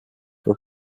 for